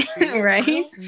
Right